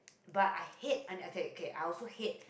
but I hate okay okay I also hate